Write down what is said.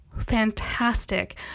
fantastic